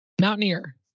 Mountaineer